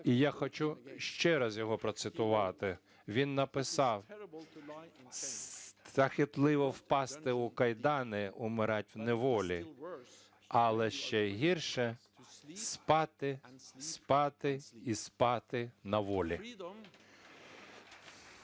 і я хочу ще раз його процитувати, він написав: "Страшно впасти у кайдани, умирать в неволі, а ще гірше - спати, спати і спати на волі".